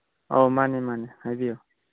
ꯑꯧ ꯃꯥꯅꯦ ꯃꯥꯅꯦ ꯍꯥꯏꯕꯤꯌꯨ